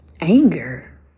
anger